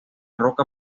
roca